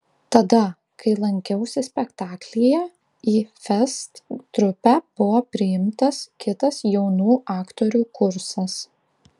tada kai lankiausi spektaklyje į fest trupę buvo priimtas kitas jaunų aktorių kursas